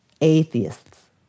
atheists